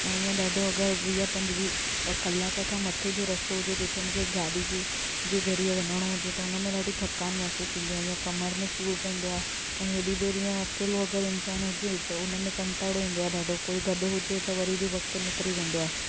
ऐं इअं ॾाढो अगरि वीह पंजवीह कलाक खां मथे जो रस्तो हुजे जिते मूंखे गाॾी जी जे ज़रिए वञिणो हुजे त हुन में ॾाढी थकान महिसूसु थींदी आहे हीअं कमर में सूर पवंदो आहे ऐं हेॾी देर इहा अकेलो अगरि इंसान हुजे त हुन में कंटाड़ो ईंदो आहे ॾाढो कोई गॾु हुजे त वरी बि वक़्ति निकिरी वेंदो आहे